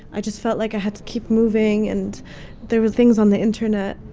i just felt like i had to keep moving, and there were things on the internet.